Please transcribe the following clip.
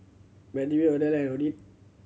Benjman Odile and Ottie